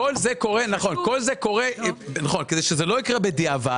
כדי שזה לא יקרה בדיעבד,